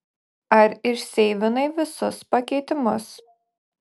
ar išseivinai visus pakeitimus